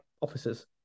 officers